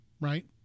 right